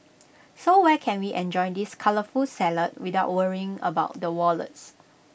so where can we enjoy this colourful salad without worrying about the wallets